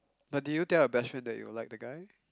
but did you tell your best friend that you will like the guy